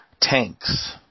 tanks